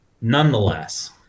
Nonetheless